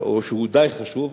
או שהוא די חשוב,